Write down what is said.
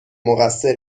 مقصر